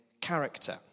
character